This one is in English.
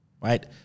right